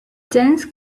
dense